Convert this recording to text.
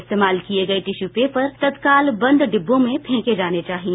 इस्तेमाल किये गये टिश्यू पेपर तत्काल बंद डिब्बों में फेंके जाने चाहिए